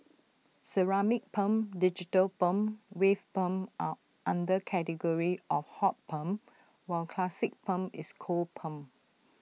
ceramic perm digital perm wave perm are under category of hot perm while classic perm is cold perm